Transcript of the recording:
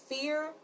Fear